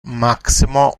maximo